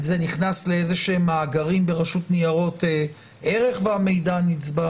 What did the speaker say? זה נכנס לאיזה שהם מאגרים ברשות לניירות ערך והמידע נצבר?